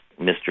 Mr